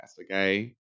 Okay